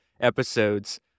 episodes